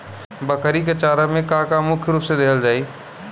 बकरी क चारा में का का मुख्य रूप से देहल जाई?